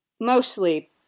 Mostly